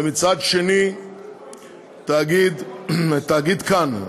ומצד שני תאגיד כאן,